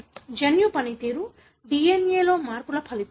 జన్యు పనితీరు DNA లో మార్పుల ఫలితంగా